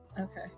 Okay